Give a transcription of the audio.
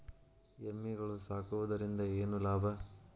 ಎಮ್ಮಿಗಳು ಸಾಕುವುದರಿಂದ ಏನು ಲಾಭ?